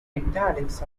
italics